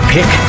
Pick